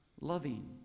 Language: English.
loving